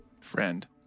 Friend